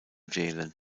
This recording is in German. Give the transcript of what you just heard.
wählen